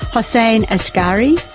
hossein askari,